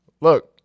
Look